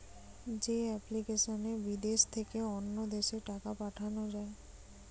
যে এপ্লিকেশনে বিদেশ থেকে অন্য দেশে টাকা পাঠান যায়